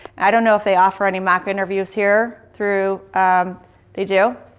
i don't know if they offer any mock interviews here through they do,